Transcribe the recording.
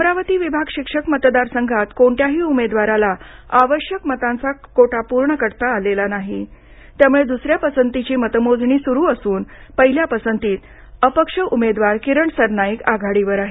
अमरावती विभाग शिक्षक मतदार संघात कोणत्याही उमेदवाराला आवश्यक मतांचा कोटा पूर्ण करता आलेला नाही त्यामुळे द्सऱ्या पसंतीची मतमोजणी आता सुरू होत असून पहिल्या पसंतीत अपक्ष उमेदवार किरण सरनाईक आघाडीवर आहेत